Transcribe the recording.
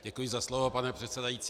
Děkuji za slovo, pane předsedající.